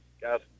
Guys